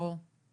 ברור.